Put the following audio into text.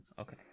Okay